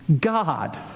God